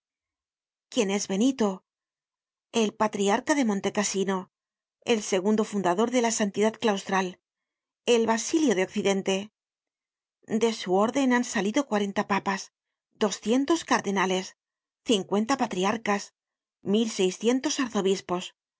quién es benito el patriarca de monte casino el segundo fundador de la santidad claustral el basilio del occidente de su órden han salido cuarenta papas doscientos cardenales cincuenta patriarcas mil seiscientos arzobispos